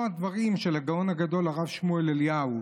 הדברים של הגאון הגדול הרב שמואל אליהו,